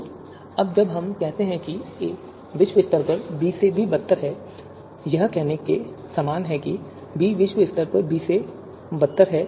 तो अब जब हम कहते हैं कि ए विश्व स्तर पर बी से भी बदतर है यह कहने के समान है कि बी विश्व स्तर पर बी से बेहतर है